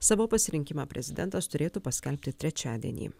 savo pasirinkimą prezidentas turėtų paskelbti trečiadienį